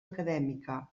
acadèmica